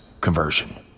conversion